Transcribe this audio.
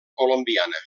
colombiana